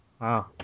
Wow